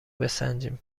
بسنجیم